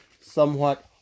somewhat